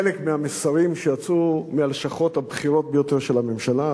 חלק מהמסרים שיצאו מהלשכות הבכירות ביותר של הממשלה הזאת.